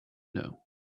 know